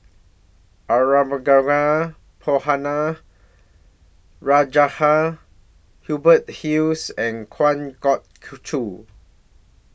Arumugam Ponnu Rajah Hubert Hill and Kuam Kwa Geok Choo